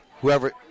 Whoever